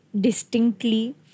distinctly